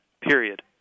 period